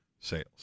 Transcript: sales